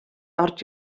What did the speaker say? орж